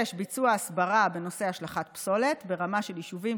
6. ביצוע הסברה בנושא השלכת פסולת ברמה של יישובים,